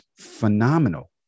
phenomenal